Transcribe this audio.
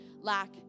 lack